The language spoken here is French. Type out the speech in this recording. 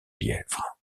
lièvre